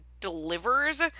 delivers